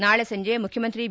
ನಾಳೆ ಸಂಜೆ ಮುಖ್ಯಮಂತ್ರಿ ಬಿ